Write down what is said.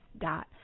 Dot